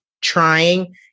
trying